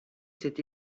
cet